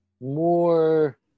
more